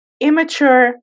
immature